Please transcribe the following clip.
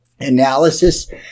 Analysis